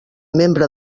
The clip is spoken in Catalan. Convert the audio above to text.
membre